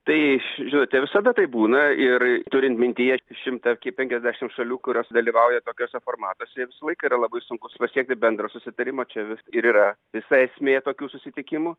tai š žinote visada taip būna ir turint mintyje šimtą ki penkiasdešim šalių kurios dalyvauja tokiuose formatuose jį visą laiką yra labai sunkus pasiekti bendrą susitarimą čia vis ir yra visa esmė tokių susitikimų